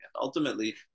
Ultimately